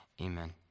amen